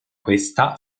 questa